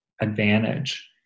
advantage